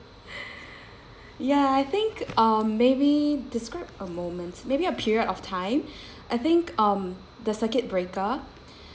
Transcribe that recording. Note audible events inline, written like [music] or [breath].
[breath] ya I think um maybe describe a moment maybe a period of time [breath] I think um the circuit breaker